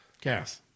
Gas